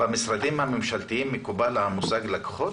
במשרדים הממשלתיים מקובל המושג "לקוחות"?